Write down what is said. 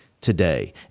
today